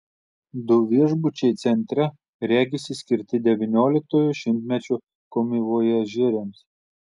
du viešbučiai centre regisi skirti devynioliktojo šimtmečio komivojažieriams